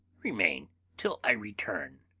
remain till i return,